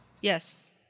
Yes